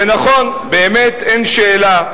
זה נכון, באמת אין שאלה.